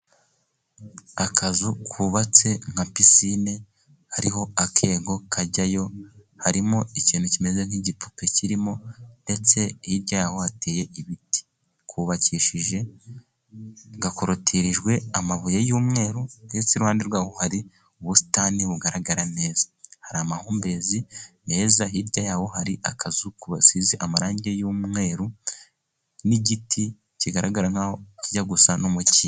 Akazu kubatse nka piscine hariho akego kajyayo harimo ikintu kimeze nk'igipupe kirimo ndetse hirya yaho hateye ibiti kubakishije gakorotirijwe amabuye y'umweru ndetse iruhande rwaho hari ubusitani bugaragara neza hari amahumbezi meza hirya yaho hari akazu ku basize amarangi y'umweru n'igiti kigaragara nkaho kijya gusa nk' mukindo